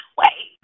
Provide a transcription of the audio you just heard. wait